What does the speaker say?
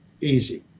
Easy